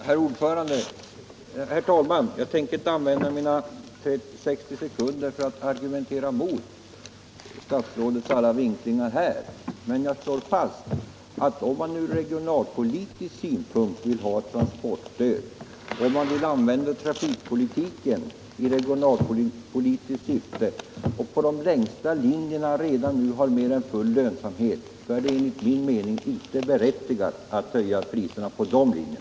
Herr talman! Jag tänker inte använda mina 60 sekunder för att argumentera mot statsrådets alla vinklingar. Men jag vill slå fast att om vi ur regionalpolitisk synpunkt vill ha ett transportstöd och om vi vill använda trafikpolitiken i regionalpolitiskt syfte och om de längsta linjerna redan nu har mer än full lönsamhet är det enligt min mening inte berättigat att höja biljettpriserna på de linjerna.